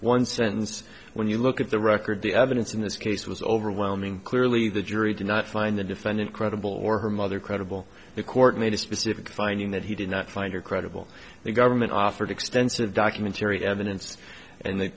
one sentence when you look at the record the evidence in this case was overwhelming clearly the jury did not find the defendant credible or her mother credible the court made a specific finding that he did not find her credible the government offered extensive documentary evidence and the